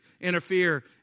interfere